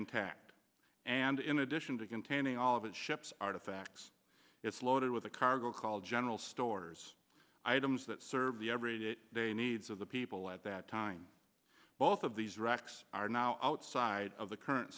intact and in addition to containing all of ship's artifacts it's loaded with a cargo called general stores items that serve the every day to day needs of the people at that time both of these wrecks are now outside of the current